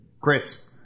Chris